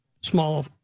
small